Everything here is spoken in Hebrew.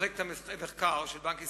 את זה אומרת מחלקת המחקר של בנק ישראל,